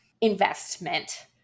investment